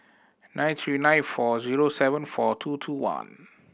nine three nine four zero seven four two two one